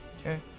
okay